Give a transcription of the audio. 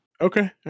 Okay